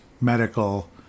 medical